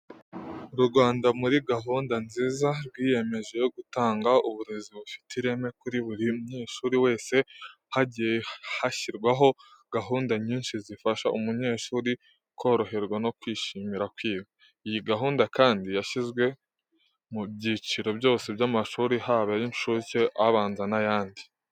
U Rwanda muri gahunda nziza rwiyemeje yo gutanga uburezi bufite ireme kuri buri munyeshuri wese, hagiye hashyirwaho gahunda nyinshi zifasha umunyeshuri koroherwa no kwishimira kwiga. Iyi gahunda kandi, yashyizwe mu byiciro byose by'amashuri, haba ay'incuke, abanza n'ayandi.